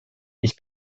ich